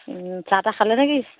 চাহ তাহ খালে নেকি